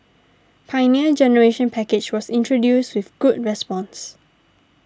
Pioneer Generation Package was introduced with good response